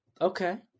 okay